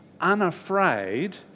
unafraid